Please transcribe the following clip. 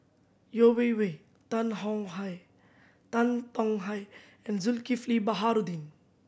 Yeo Wei Wei Tan Hong Hye Tan Tong Hye and Zulkifli Baharudin